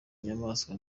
nyamaswa